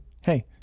hey